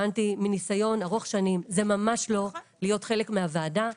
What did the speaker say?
מניסיון ארוך שנים, זה ממש לא להיות חלק מהוועדה.